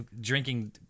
drinking